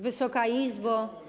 Wysoka Izbo!